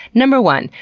number one,